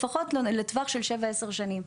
לפחות לטווח של 10-7 שנים.